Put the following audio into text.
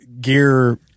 gear